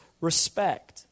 respect